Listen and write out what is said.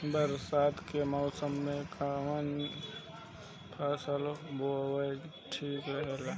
बरसात के मौसम में कउन फसल बोअल ठिक रहेला?